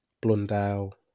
Blundell